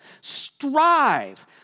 Strive